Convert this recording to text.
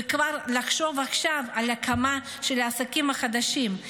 ולחשוב כבר עכשיו על הקמה של עסקים חדשים.